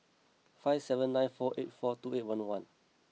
five seven nine four eight four two eight one one